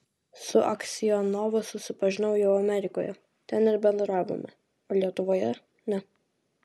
su aksionovu susipažinau jau amerikoje ten ir bendravome o lietuvoje ne